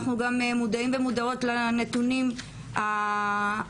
אנחנו גם מודעים ומודעות לנתונים הקשים.